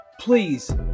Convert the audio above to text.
Please